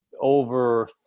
over